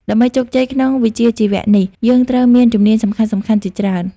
ដើម្បីជោគជ័យក្នុងវិជ្ជាជីវៈនេះ យើងត្រូវមានជំនាញសំខាន់ៗ ជាច្រើន។